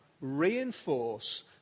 reinforce